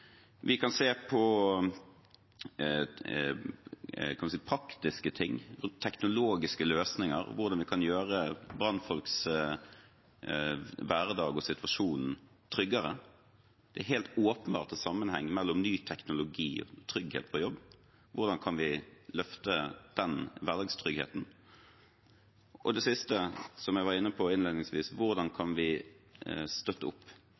Vi kan se på praktiske ting, teknologiske løsninger, og hvordan vi kan gjøre brannfolks hverdag og situasjonen tryggere. Det er helt åpenbart en sammenheng mellom ny teknologi og trygghet på jobb. Hvordan kan vi løfte den hverdagstryggheten? Og det siste, som jeg var inne på innledningsvis: Hvordan kan vi støtte opp,